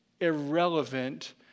irrelevant